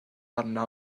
arno